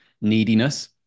neediness